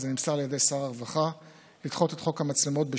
אז אני מדייק כשר המשפטים.